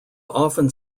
often